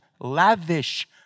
lavish